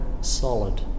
solid